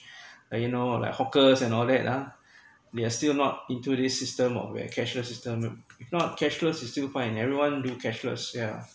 uh you know like hawkers and all that lah they are still not into this system of where cashless system if not cashless is still fine everyone do cashless yeah